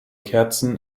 kerzen